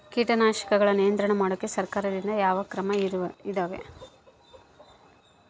ಕೇಟನಾಶಕಗಳ ನಿಯಂತ್ರಣ ಮಾಡೋಕೆ ಸರಕಾರದಿಂದ ಯಾವ ಕಾರ್ಯಕ್ರಮ ಇದಾವ?